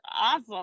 awesome